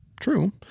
true